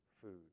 food